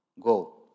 Go